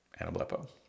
Anablepo